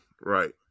right